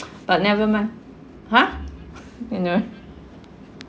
but never mind !huh! you know